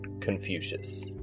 Confucius